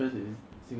but that's the truth ah